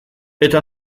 eta